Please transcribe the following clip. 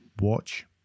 watch